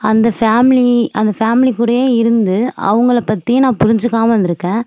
அந்த ஃபேமிலி அந்த ஃபேமிலி கூடயே இருந்து அவங்களைப் பற்றியும் நான் புரிஞ்சுக்காமல் இருந்துருக்கேன்